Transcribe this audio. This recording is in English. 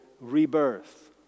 rebirth